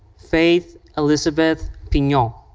faith elizabeth pinho.